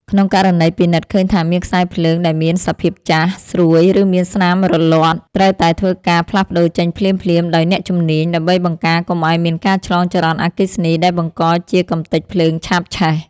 ក្នុងករណីពិនិត្យឃើញថាមានខ្សែភ្លើងដែលមានសភាពចាស់ ស្រួយ ឬមានស្នាមរលាត់ ត្រូវតែធ្វើការផ្លាស់ប្ដូរចេញភ្លាមៗដោយអ្នកជំនាញ ដើម្បីបង្ការកុំឱ្យមានការឆ្លងចរន្តអគ្គិសនីដែលបង្កជាកម្ទេចភ្លើងឆាបឆេះ។